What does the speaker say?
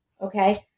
okay